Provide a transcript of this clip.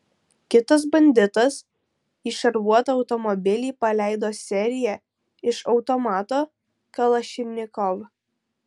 kitas banditas į šarvuotą automobilį paleido seriją iš automato kalašnikov